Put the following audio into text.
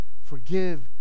forgive